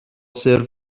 سرو